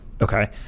Okay